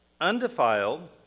undefiled